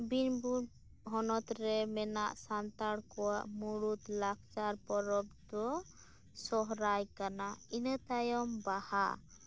ᱵᱤᱨᱵᱷᱩᱢ ᱦᱚᱱᱚᱛ ᱨᱮ ᱢᱮᱱᱟᱜ ᱥᱟᱱᱛᱟᱲ ᱠᱚᱣᱟᱜ ᱢᱩᱬᱩᱛ ᱞᱟᱠᱪᱟᱨ ᱯᱚᱨᱚᱵ ᱫᱚ ᱥᱚᱦᱚᱨᱟᱭ ᱠᱟᱱᱟ ᱤᱱᱟᱹ ᱛᱟᱭᱚᱢ ᱵᱟᱦᱟ